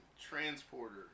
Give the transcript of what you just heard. Transporter